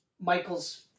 Michael's